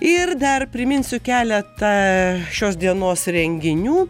ir dar priminsiu keletą šios dienos renginių